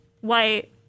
white